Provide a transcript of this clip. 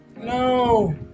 No